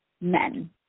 men